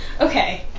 okay